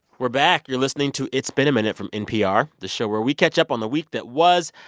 we're back. you're listening to it's been a minute from npr, the show where we catch up on the week that was.